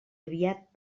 aviat